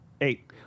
Eight